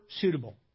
suitable